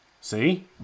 See